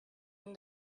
and